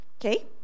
Okay